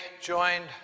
joined